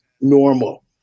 normal